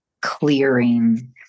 clearing